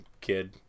kid